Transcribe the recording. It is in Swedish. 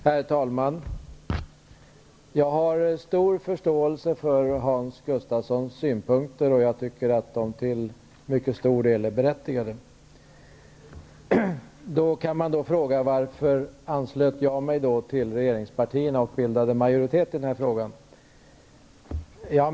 Herr talman! Jag har stor förståelse för Hans Gustafssons synpunkter och jag tycker att de till mycket stor del är berättigade. Man kan då fråga sig varför jag anslöt mig till regeringspartierna och bildade majoritet i den här frågan.